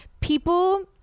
People